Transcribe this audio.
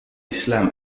islam